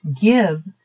give